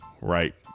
right